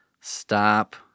Stop